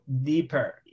deeper